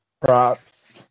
props